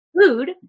food